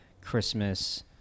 christmas